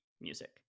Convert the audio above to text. music